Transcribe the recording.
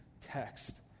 text